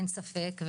אין ספק,